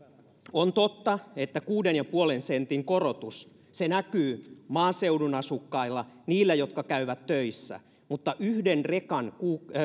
on totta että kuuden pilkku viiden sentin korotus näkyy maaseudun asukkailla niillä jotka käyvät töissä mutta yhden rekan